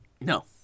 No